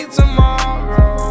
tomorrow